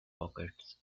pockets